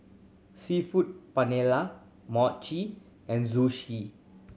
Seafood Paella Mochi and Zosui